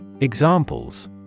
Examples